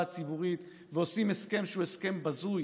הציבורית ועושים הסכם שהוא הסכם בזוי,